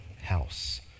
house